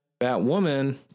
Batwoman